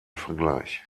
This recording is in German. vergleich